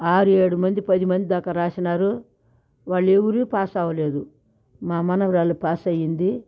ఆరు ఏడుమంది పదిమంది దాకా రాసినారు వాళ్ళు ఎవ్వరూ పాస్ అవ్వలేదు మా మనవరాలు పాస్ అయ్యింది